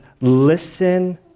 listen